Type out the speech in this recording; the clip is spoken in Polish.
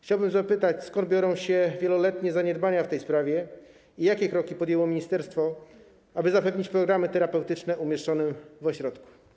Chciałbym zapytać, skąd biorą się wieloletnie zaniedbania w tej sprawie i jakie kroki podjęło ministerstwo, aby zapewnić programy terapeutyczne umieszczonym ośrodku.